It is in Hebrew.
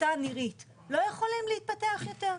לא יכולים להתפתח יותר.